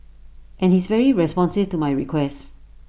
and he's very responsive to my requests